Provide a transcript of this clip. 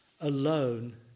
alone